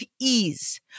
ease